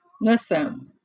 listen